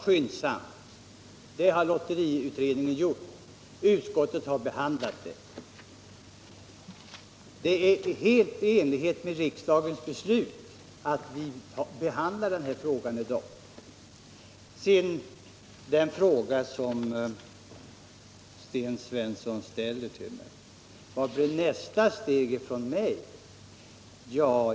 Lotteriutredningen har nu gjort det, och utskottet har behandlat förslaget. Att vi behandlar denna fråga i dag är således helt i enlighet med riksdagens beslut. Sten Svensson frågade vilket mitt nästa steg blir.